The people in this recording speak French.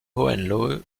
hohenlohe